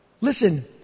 listen